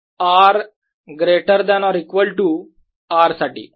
हे असेल r greater than or equal to R साठी